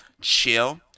chill